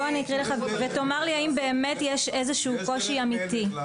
אני אקריא לך ותאמר לי האם באמת יש איזה שהוא קושי אמיתי.